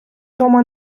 дома